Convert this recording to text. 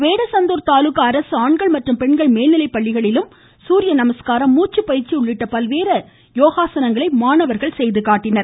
வேடசந்தூர் தாலுகா அரசு ஆண்கள் மற்றும் பெண்கள் மேல்நிலைப்பள்ளிகளிலும் சூரிய நமஸ்காரம் மூச்சுப்பயிற்சி உள்ளிட்ட பல்வேறு யோகாசனங்களை மாணவர்கள் செய்து காட்டினர்